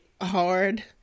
hard